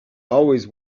always